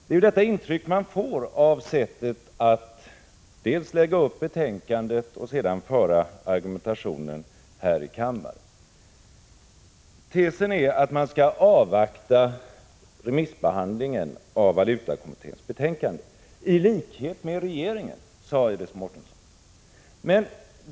Det är det intryck man får av ert sätt att lägga upp betänkandet och sedan föra argumentationen här i kammaren. Tesen är att man skall avvakta remissbehandlingen av valutakommitténs betänkande i likhet med regeringen, såsom Iris Mårtensson sade.